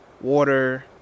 water